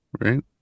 right